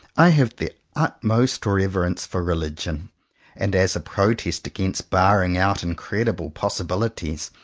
i have the utmost reverence for religion and as a protest against barring out in credible possibilities,